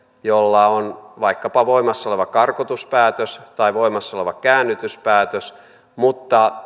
jolla on vaikkapa voimassa oleva karkotuspäätös tai voimassa oleva käännytyspäätös mutta